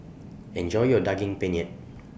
Enjoy your Daging Penyet